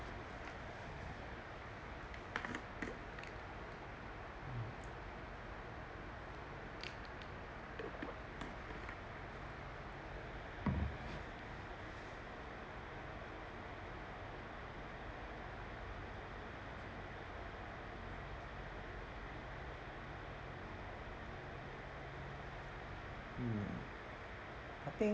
mm